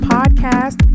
Podcast